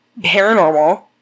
paranormal